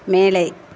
மேலே